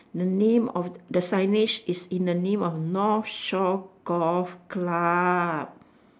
the name of the signage is in the name of north shore golf club